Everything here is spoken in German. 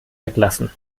weglassen